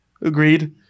agreed